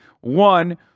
One